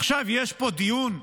עכשיו יש פה דיון,